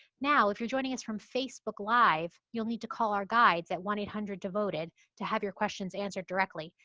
now, if you're joining us from facebook live, you'll need to call our guides at one eight hundred devoted to have your questions answered directly.